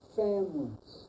families